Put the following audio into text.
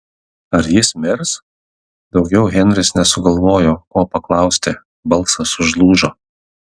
ar jis mirs daugiau henris nesugalvojo ko paklausti balsas užlūžo